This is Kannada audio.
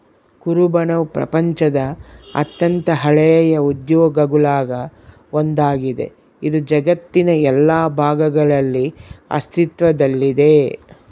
ಕುರುಬನವು ಪ್ರಪಂಚದ ಅತ್ಯಂತ ಹಳೆಯ ಉದ್ಯೋಗಗುಳಾಗ ಒಂದಾಗಿದೆ, ಇದು ಜಗತ್ತಿನ ಎಲ್ಲಾ ಭಾಗಗಳಲ್ಲಿ ಅಸ್ತಿತ್ವದಲ್ಲಿದೆ